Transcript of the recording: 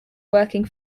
working